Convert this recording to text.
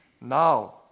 Now